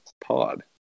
pod